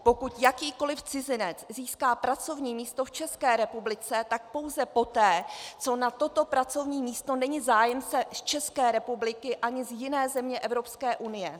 Pokud jakýkoliv cizinec získá pracovní místo v České republice, tak pouze poté, co na toto pracovní místo není zájemce z České republiky ani z jiné země Evropské unie.